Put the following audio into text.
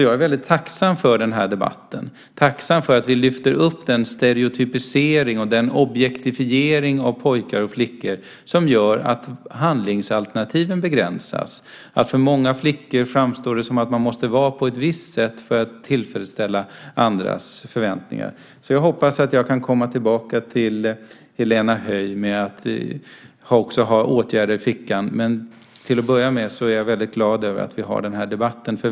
Därför är jag mycket tacksam för den här debatten, för att vi lyfter upp den stereotypisering och objektifiering av pojkar och flickor som gör att handlingsalternativen begränsas. För många flickor framstår det som att man måste vara på ett visst sätt för att tillfredsställa andras förväntningar. Jag hoppas att jag kan komma tillbaka till Helena Höij med förslag på konkreta åtgärder. Men till att börja med är jag glad för att vi har den här debatten.